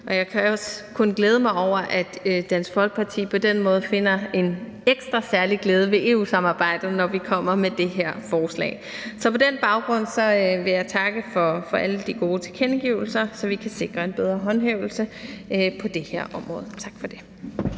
Jeg kan også kun glæde mig over, at Dansk Folkeparti på den måde finder en ekstra stor glæde ved EU-samarbejdet, når vi kommer med det her forslag. På den baggrund vil jeg takke for alle de gode tilkendegivelser, så vi kan sikre en bedre håndhævelse på det her område. Tak for det.